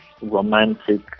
romantic